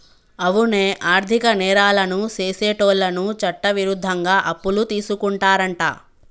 అవునే ఆర్థిక నేరాలను సెసేటోళ్ళను చట్టవిరుద్ధంగా అప్పులు తీసుకుంటారంట